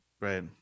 Right